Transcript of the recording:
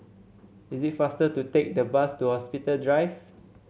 is it faster to take the bus to Hospital Drive